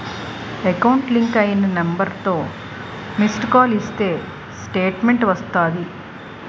account link అయిన నెంబర్తో missed call ఇస్తే స్టేట్మెంటు వస్తాది